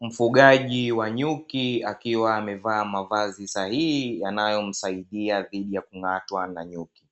Mfugaji wa nyuki akiwa amevaa mavazi sahihi yanayomsaidia dhidi ya kung'atwa na nyuki.